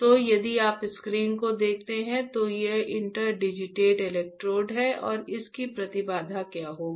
तो यदि आप स्क्रीन को देखते हैं तो ये यहां इंटरडिजिटेड इलेक्ट्रोड हैं और इसकी प्रतिबाधा क्या होगी